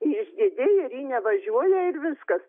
išdidi ir ji nevažiuoja ir viskas